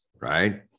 right